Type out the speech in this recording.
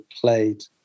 played